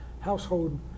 household